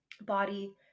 body